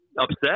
upset